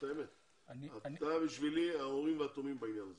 אתה בשבילי האורים והתומים בעניין הזה.